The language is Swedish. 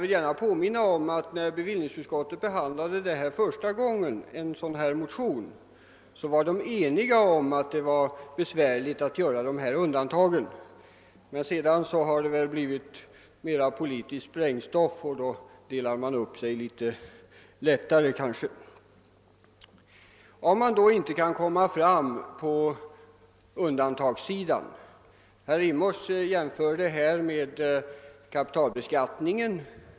Första gången bevillningsutskottet behandlade motioner i detta ärende var man dock enig om att det var besvärligt att göra undantag, men sedan har det blivit mera politiskt sprängstoff och då har det kanske blivit lättare att dela upp sig. Herr Rimås jämförde med kapitalbeskattningen.